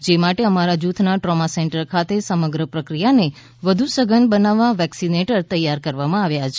જે માટે અમારા જૂના દ્રોમા સેન્ટર ખાતે સમગ્ર પ્રક્રિયાને વધુ સધન બનાવવા વેક્સિનેટર તૈયાર કરવામાં આવ્યા છે